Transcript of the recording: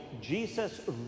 Jesus